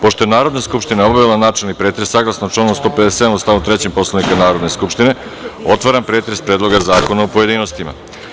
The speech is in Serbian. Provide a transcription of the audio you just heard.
Pošto je Narodna skupština obavila načelni pretres, saglasno članu 157. stav 3. Poslovnika Narodne skupštine, otvaram pretres Predloga zakona u pojedinostima.